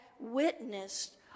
witnessed